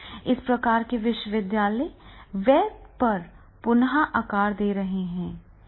इस प्रकार के विश्वविद्यालय वेब पर पुन आकार दे रहे हैं